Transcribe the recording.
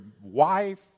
wife